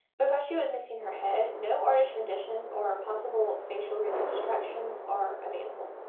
because she was missing her head, no artists renditions or possible facial reconstructions are available.